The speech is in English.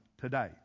today